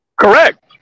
Correct